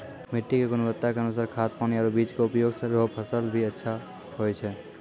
मिट्टी के गुणवत्ता के अनुसार खाद, पानी आरो बीज के उपयोग सॅ फसल भी अच्छा होय छै